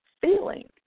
feeling